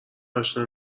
آشنا